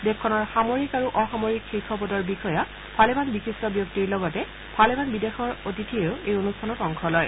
দেশখনৰ সামৰিক আৰু অসামৰিক শীৰ্ষ পদৰ বিষয়া ভালেমান বিশিষ্ট ব্যক্তিৰ লগতে ভালেমান বিদেশৰ অতিথিয়েও এই অনুষ্ঠানত অংশ লয়